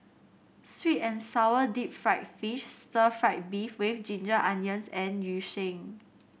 sweet and sour Deep Fried Fish Stir Fried Beef with Ginger Onions and Yu Sheng